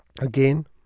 again